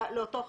לאותו חשבון.